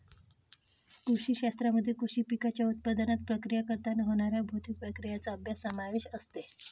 कृषी शास्त्रामध्ये कृषी पिकांच्या उत्पादनात, प्रक्रिया करताना होणाऱ्या भौतिक प्रक्रियांचा अभ्यास समावेश असते